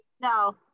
No